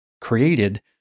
created